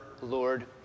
Lord